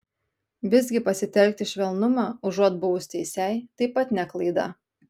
visgi pasitelkti švelnumą užuot buvus teisiai taip pat ne klaida